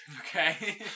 Okay